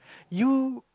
you